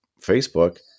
Facebook